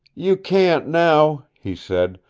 you can't now, he said.